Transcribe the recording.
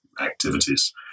activities